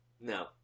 No